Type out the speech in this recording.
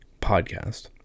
podcast